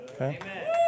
Amen